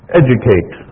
educate